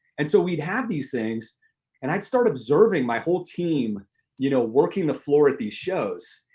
and so, we'd have these things and i'd start observing my whole team you know working the floor at these shows,